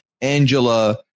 Angela